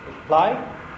Reply